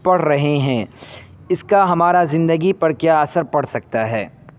پڑھ رہے ہیں اس کا ہماری زندگی پر کیا اثر پڑ سکتا ہے